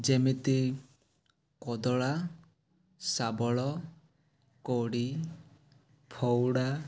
ଯେମିତି କୋଦଳା ଶାବଳ କୋଡ଼ି ଫଉଡ଼ା